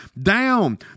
down